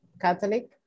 Catholic